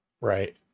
Right